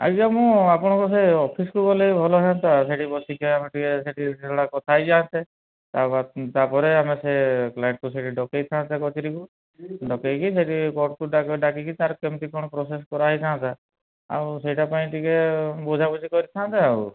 ଆଜ୍ଞା ମୁଁ ଆପଣଙ୍କ ସେ ଅଫିସ୍କୁ ଗଲେ ଭଲ ହଅନ୍ତା ସେଠି ବସିକି ଆମେ ଟିକେ ସେଠି ନିରୋଳାରେ କଥା ହୋଇଯାଆନ୍ତେ ତା ବାଦ୍ ତାପରେ ସେ କ୍ଲାଇଣ୍ଟ୍କୁ ସେଠି ଡ଼କାଇଥାନ୍ତେ କଚେରୀକୁ ଡ଼କାଇକି ସେଠି ଡ଼ାକିକି ତାର କେମିତି କ'ଣ ପ୍ରୋସେସ୍ କରା ହୋଇଥାନ୍ତା ଆଉ ସେଇଟା ପାଇଁ ଟିକେ ବୁଝାବୁଝି କରିଥାନ୍ତେ ଆଉ